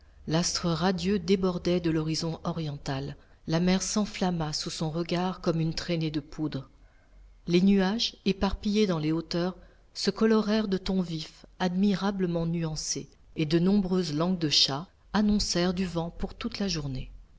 l'astre radieux débordait de l'horizon oriental la mer s'enflamma sous son regard comme une traînée de poudre les nuages éparpillés dans les hauteurs se colorèrent de tons vifs admirablement nuancés et de nombreuses langues de chat annoncèrent du vent pour toute la journée